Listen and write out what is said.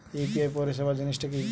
UPI পরিসেবা জিনিসটা কি?